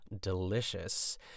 delicious